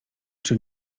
czy